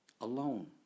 Alone